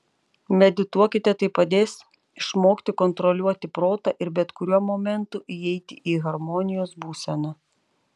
medituokite tai padės išmokti kontroliuoti protą ir bet kuriuo momentu įeiti į harmonijos būseną